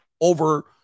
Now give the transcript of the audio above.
over